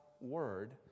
word